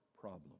problem